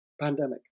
pandemic